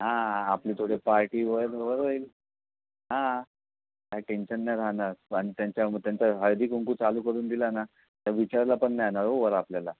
हां आपली थोडी पार्टी होईल वर होईल हां काय टेंशन नाही राहणार पण त्यांच्या त्यांचा हळदीकुंकू चालू करून दिलं ना तर विचारायला पण नाही येणार ओ वर आपल्याला